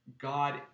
God